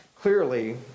clearly